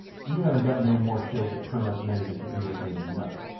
you haven't got no more show to turn us men against the englishman than nothing.